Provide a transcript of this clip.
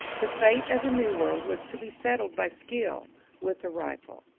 the fate of the new world was to be settled by skill with the rifle.